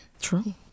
True